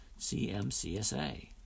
CMCSA